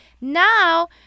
Now